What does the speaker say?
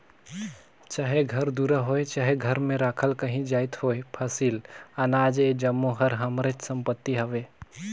चाहे घर दुरा होए चहे घर में राखल काहीं जाएत होए फसिल, अनाज ए जम्मो हर हमरेच संपत्ति हवे